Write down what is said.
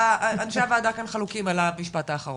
אנשי הוועדה כאן חלוקים על המשפט האחרון.